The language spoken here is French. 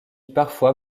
parfois